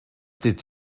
did